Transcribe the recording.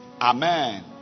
Amen